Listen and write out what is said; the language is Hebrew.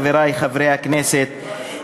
חברי חברי הכנסת,